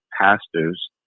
pastors